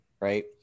Right